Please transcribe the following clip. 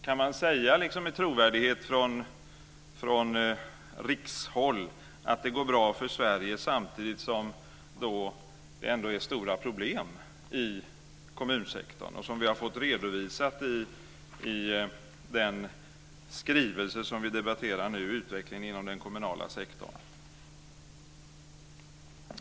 Kan man med trovärdighet från rikshåll säga att det går bra för Sverige, samtidigt som det är stora problem i kommunsektorn och som vi har fått redovisat i den skrivelse som vi debatterar nu, Utvecklingen inom den kommunala sektorn?